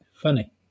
Funny